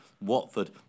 Watford